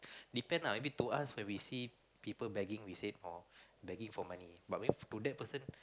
depend lah I mean to us when we see people begging we say hor begging for money but maybe to that person